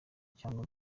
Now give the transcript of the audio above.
cyangwa